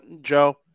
Joe